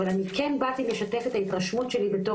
אבל אני כן באתי לשתף את ההתרשמות שלי בתור